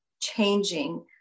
changing